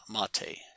Mate